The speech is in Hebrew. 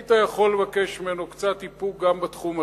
היית יכול לבקש ממנו קצת איפוק גם בתחום הזה.